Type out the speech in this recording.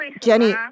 Jenny